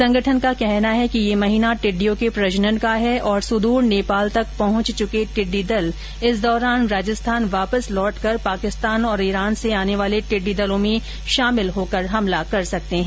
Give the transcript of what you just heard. संगठन का कहना है कि यह महीना टिड्डियों के प्रजनन का है और सुदुर नेपाल तक पहुंच चुके टिडडी दल इस दौरान राजस्थान वापस लौट कर पाकिस्तान और ईरान से आने वाले टिड्डी दलों में शामिल होकर हमला कर सकते है